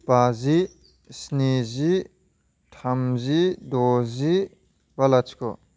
बाजि स्निजि थामजि द'जि बा लाथिख'